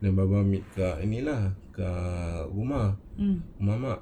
bapa ambil kat ini lah kat rumah rumah mak